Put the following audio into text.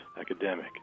academic